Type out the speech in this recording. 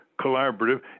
Collaborative